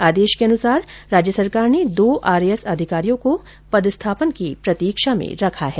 आदेश के अनुसार राज्य सरकार ने दो आरएएस अधिकारियों को पदस्थापन की प्रतीक्षा में रखा है